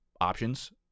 options